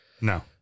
No